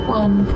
one